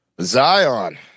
Zion